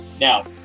Now